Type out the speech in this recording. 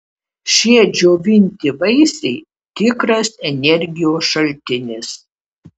šie džiovinti vaisiai tikras energijos šaltinis